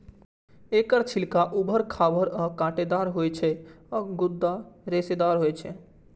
एकर छिलका उबर खाबड़ आ कांटेदार होइ छै आ गूदा रेशेदार होइ छै